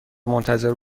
منتظر